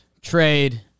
trade